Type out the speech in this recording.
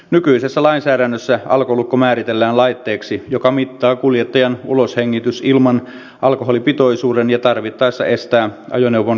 nykyisessä lainsäädännössä alkolukko määritellään laitteeksi joka mittaa kuljettajan uloshengitysilman alkoholipitoisuuden ja tarvittaessa estää ajoneuvon käynnistymisen